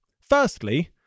firstly